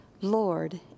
Lord